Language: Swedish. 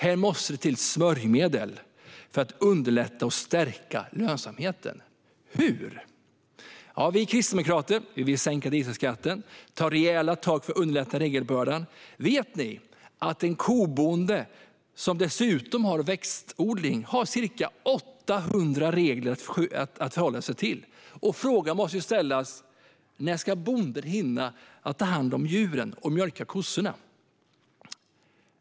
Här måste det till smörjmedel för att underlätta och stärka lönsamheten. Hur? Vi kristdemokrater vill sänka dieselskatten och ta rejäla tag för att underlätta regelbördan. Vet ni att en kobonde som dessutom har växtodling har ca 800 regler att förhålla sig till? Frågan som måste ställas är: När ska bonden hinna med att ta hand om djuren och mjölka kossorna?